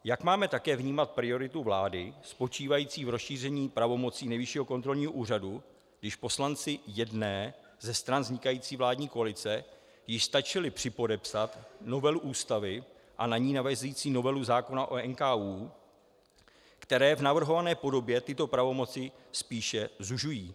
Jak máme také vnímat prioritu vlády spočívající v rozšíření pravomocí Nejvyššího kontrolního úřadu, když poslanci jedné ze stran vznikající vládní koalice již stačili připodepsat novelu Ústavy a na ni navazující novelu zákona o NKÚ, které v navrhované podobě tyto pravomoci spíše zužují.